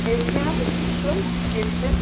sketch pen আছে sketch pen sketch pen